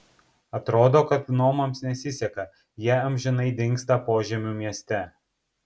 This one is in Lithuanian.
atrodo kad gnomams nesiseka jie amžinai dingsta požemių mieste